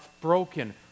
broken